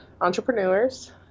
entrepreneurs